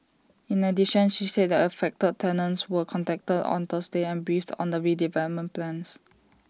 in addition she said that affected tenants were contacted on Thursday and briefed on the redevelopment plans